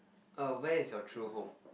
err where is your true home